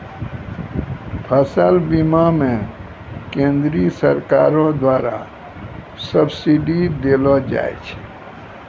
फसल बीमा मे केंद्रीय सरकारो द्वारा सब्सिडी देलो जाय छै